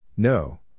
No